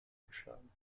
geschlagen